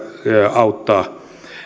auttaa